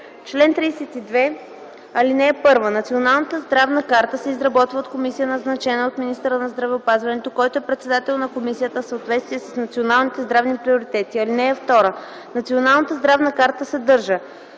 „Чл. 32. (1) Националната здравна карта се изработва от комисия, назначена от министъра на здравеопазването, който е председател на комисията, в съответствие с националните здравни приоритети. (2) Националната здравна карта съдържа: